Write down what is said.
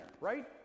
right